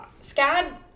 SCAD